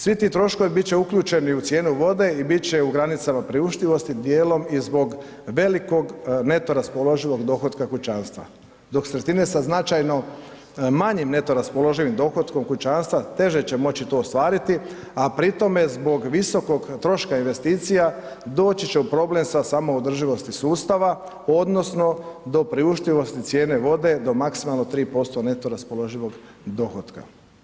Svi ti troškovi bit će uključeni u cijenu vode i bit će u granicama priuštivosti djelom i zbog velikog neto raspoloživog dohotka kućanstva dok sredine sa značajno manjim neto raspoloživim dohotkom kućanstva, teže će moći to ostvariti a pritom zbog visokog troška investicija doći će u problem sa samoodrživosti sustava odnosno do priuštivosti cijene vode do maksimalno 3% neto raspoloživog dohotka.